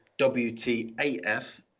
WTAF